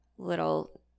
little